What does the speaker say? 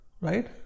right